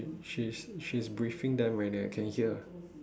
she's she she's briefing them eh I can hear